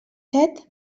set